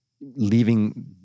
leaving